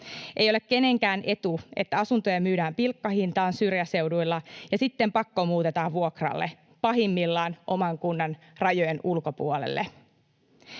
Ei ole kenenkään etu, että asuntoja myydään pilkkahintaan syrjäseuduilla ja sitten pakkomuutetaan vuokralle, pahimmillaan oman kunnan rajojen ulkopuolelle.